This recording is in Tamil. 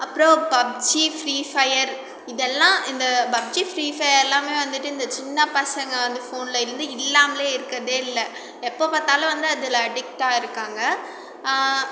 அப்புறம் பப்ஜி ஃபிரீ ஃபயர் இதெல்லாம் இந்த பப்ஜி ஃபிரீ ஃபயர்லாமே வந்துவிட்டு இந்த சின்ன பசங்க வந்து ஃபோனில் வந்து இல்லாமலே இருக்கிறதே இல்லை எப்போ பார்த்தாலும் வந்து அதில் அடிக்ட்டாக இருக்காங்க